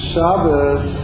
Shabbos